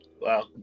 Wow